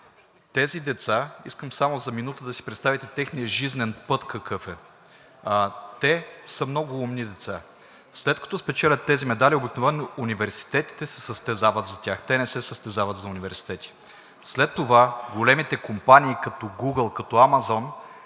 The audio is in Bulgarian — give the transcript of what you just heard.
Тези деца – искам само за минута да си представите техния жизнен път какъв е, те са много умни деца. След като спечелят тези медали, обикновено университетите се състезават за тях. Те не се състезават за университети. След това големите компании като Google, като Amazon,